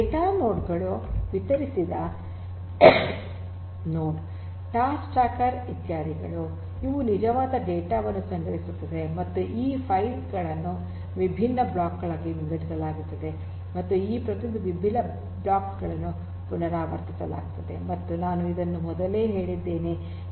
data node ಗಳು ವಿತರಿಸಿದ node task tracker ಇತ್ಯಾದಿಗಳು ಇವು ನಿಜವಾದ ಡೇಟಾ ವನ್ನು ಸಂಗ್ರಹಿಸುತ್ತವೆ ಮತ್ತು ಈ ಫೈಲ್ ಗಳನ್ನು ವಿಭಿನ್ನ ಬ್ಲಾಕ್ ಗಳಾಗಿ ವಿಂಗಡಿಸಲಾಗಿದೆ ಮತ್ತು ಈ ಪ್ರತಿಯೊಂದು ವಿಭಿನ್ನ ಬ್ಲಾಕ್ ಗಳನ್ನು ಪುನರಾವರ್ತಿಸಲಾಗುತ್ತದೆ ಮತ್ತು ನಾನು ಇದನ್ನು ಮೊದಲೇ ಹೇಳಿದ್ದೇನೆ